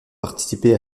participé